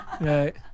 Right